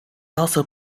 also